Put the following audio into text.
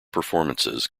performances